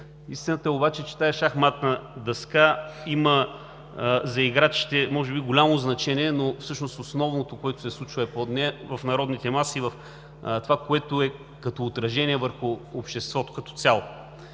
Истината обаче е, че тази шахматна дъска има за играчите може би голямо значение, но всъщност основното, което се случва, е под нея – в народните маси, в това, което е като отражение върху обществото като цяло.